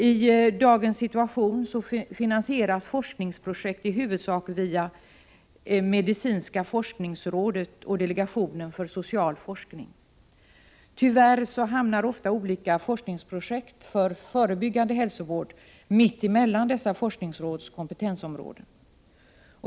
I dag finansieras forskningsprojekt i huvudsak via medicinska forskningsrådet och delegationen för social forskning. Tyvärr hamnar ofta olika forskningsprojekt när det gäller förebyggande hälsovård mitt emellan dessa forskningsråds kompetensområden.